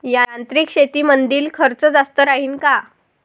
यांत्रिक शेतीमंदील खर्च जास्त राहीन का?